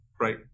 right